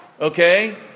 okay